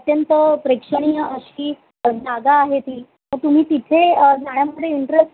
अत्यंत प्रेक्षणीय अशी जागा आहे ती त तुम्ही तिथे जाण्यामध्ये इंटरेस्ट